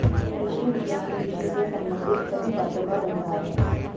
कृषि विज्ञान कृषि से संबंधित सभी बातों का भंडार है